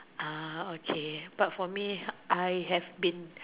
ah okay but for me I have been